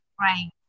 Right